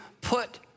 put